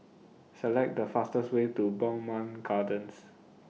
Select The fastest Way to Bowmont Gardens